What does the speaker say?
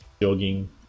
jogging